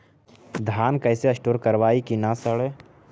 धान कैसे स्टोर करवई कि न सड़ै?